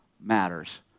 matters